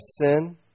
sin